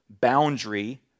boundary